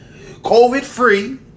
COVID-free